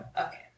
Okay